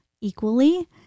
equally